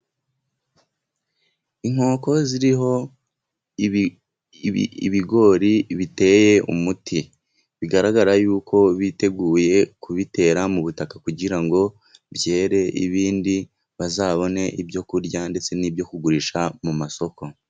Inkoko ziriho ibigori biteye umuti, bigaragara y'uko biteguye kubitera mu butaka kugira ngo byere, ibindi bazabone ibyo kurya, ndetse n'ibyo kugurisha mu masoko.